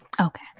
Okay